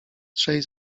trzej